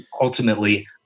ultimately